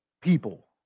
people